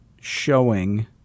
showing